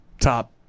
top